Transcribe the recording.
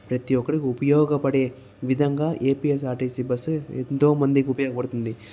ప్రతి ఒక్కరికి ఉపయోగపడే విధంగా ఏపీఎస్ఆర్టిసి బస్సు ఎంతోమందికి ఉపయోగపడుతుంది